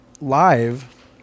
live